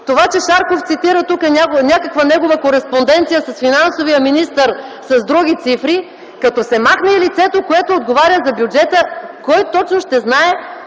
това, че Шарков цитира тук някаква негова кореспонденция с финансовия министър с други цифри, като се махне и лицето, което отговаря за бюджета, кой точно ще знае